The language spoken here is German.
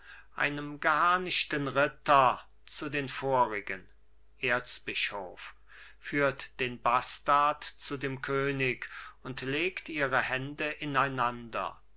einem geharnischten ritter zu den vorigen erzbischof führt den bastard zu dem könig und legt ihre hände ineinander